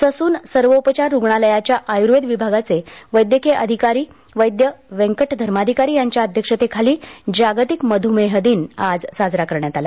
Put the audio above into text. Sassoon सर्वोपचार रुग्णालयाच्या आयुर्वेद विभागाचे वैद्यकीय अधिकारी वैद्य व्यंकट धर्माधिकारी यांच्या अध्यक्षेतखाली जागतिक मध्रमेह दिन साजरा करण्यात आला